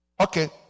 Okay